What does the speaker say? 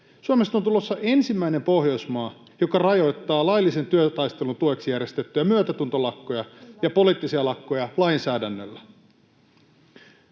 Suomesta on tulossa ensimmäinen Pohjoismaa, joka rajoittaa laillisen työtaistelun tueksi järjestettyjä myötätuntolakkoja ja poliittisia lakkoja lainsäädännöllä.